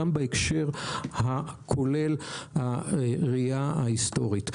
גם בהקשר הכולל של הראייה ההיסטורית.